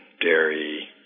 dairy